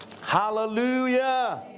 Hallelujah